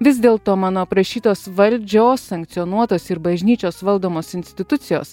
vis dėlto mano aprašytos valdžios sankcionuotos ir bažnyčios valdomos institucijos